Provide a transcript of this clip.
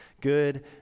good